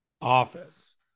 office